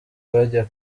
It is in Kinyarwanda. bajya